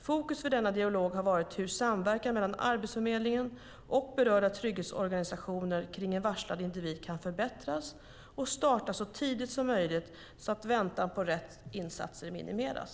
Fokus för denna dialog har varit hur samverkan mellan Arbetsförmedlingen och berörda trygghetsorganisationer kring en varslad individ kan förbättras och starta så tidigt som möjligt så att väntan på rätt insatser minimeras.